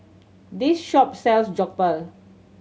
this shop sells Jokbal